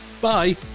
Bye